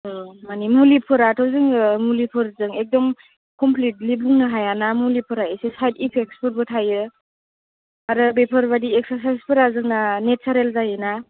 औ मानि मुलिफोराथ' जोङो मुलिफोरजों एकदम कमफ्लिटलि बुंनो हाया ना मुलिफोरा एसे साइद इफेक्टफोरबो थायो आरो बेफोरबायदि एक्सारसाइसफोरा जोंना नेसारेल जायो ना